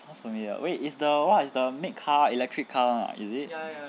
sounds familiar wait it's the what is the make car electric car [one] is it